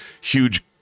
huge